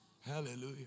Hallelujah